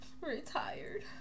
retired